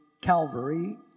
Calvary